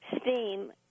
steam